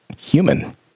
human